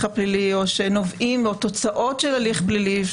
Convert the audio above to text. הפלילי או שנובעים או תוצאות של הליך פלילי,